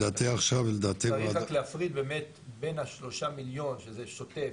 צריך רק להפריד באמת בין השלושה מיליון, שזה שוטף,